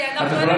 כי אנחנו,